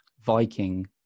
viking